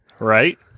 Right